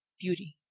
beauty.